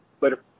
Later